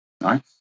Nice